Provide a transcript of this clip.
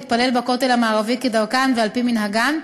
להתפלל בכותל המערבי כדרכן ועל-פי מנהגן,